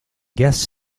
guest